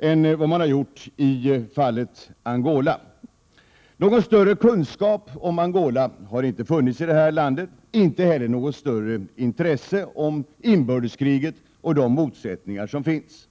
än vad man gjort i fallet Angola. Någon större kunskap om Angola har inte funnits i vårt land, inte heller något större intresse av inbördeskriget och de motsättningar som finns.